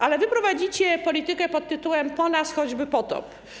Ale wy prowadzicie politykę pod hasłem: po nas choćby potop.